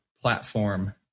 platform